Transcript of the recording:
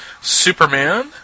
Superman